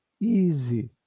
easy